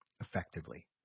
effectively